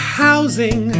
housing